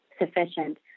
sufficient